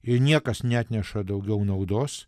ir niekas neatneša daugiau naudos